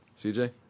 CJ